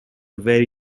very